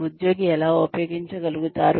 ఉద్యోగి ఎలా ఉపయోగించగలుగుతారు